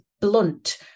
blunt